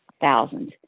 thousands